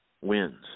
wins